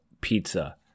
pizza